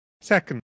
Second